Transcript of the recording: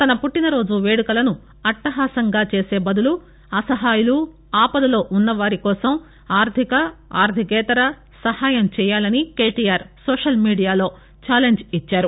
తన పుట్టిన రోజు వేడుకలను అట్టహాసంగా చేసే బదులు అసహాయులు ఆపదలో ఉన్నవారి కోసం ఆర్థిక ఆర్థికేతర సాయం చేయాలని కేటీఆర్ సోషల్ మీడియాలో ఛాలెంజ్ ఇచ్చారు